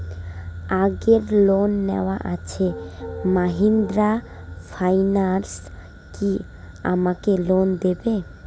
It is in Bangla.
আগের লোন নেওয়া আছে মাহিন্দ্রা ফাইন্যান্স কি আমাকে লোন দেবে?